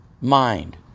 mind